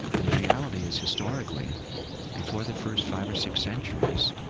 and the reality is historically before the first five or six centuries,